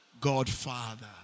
Godfather